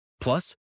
Plus